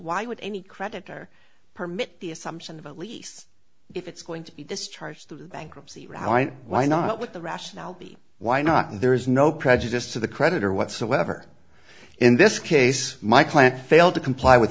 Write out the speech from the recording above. why would any creditor permit the assumption of at least if it's going to be discharged through the bankruptcy why not with the rationale be why not and there is no prejudice to the creditor whatsoever in this case my client failed to comply with